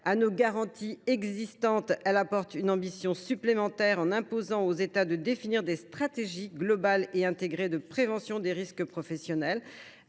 À nos garanties existantes, elle ajoute une ambition supplémentaire en imposant aux États de définir des stratégies globales et intégrées de prévention des risques professionnels.